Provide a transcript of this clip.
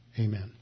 Amen